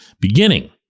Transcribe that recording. beginning